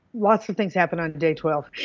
lots of things happen on day twelve.